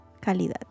Calidad